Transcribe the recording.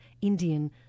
Indian